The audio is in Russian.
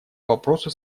вопросу